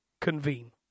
convene